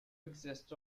exist